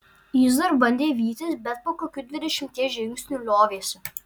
jis dar bandė vytis bet po kokių dvidešimties žingsnių liovėsi